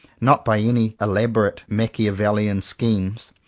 not by any elaborate machiavellian schemes,